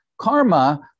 karma